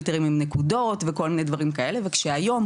נקודות וכל מיני דברים כאלה וכשהיום,